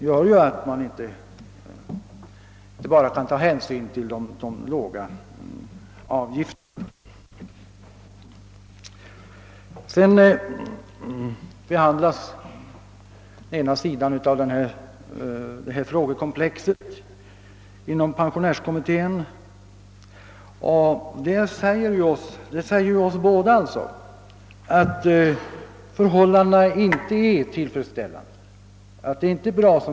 Man kan således inte bara ta hänsyn till de låga avgifterna. En sida av detta frågekomplex be handlas nu inom pensionärskommittén, och det säger ju oss båda att förhållandena inte är tillfredsställande.